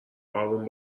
آروم